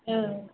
औ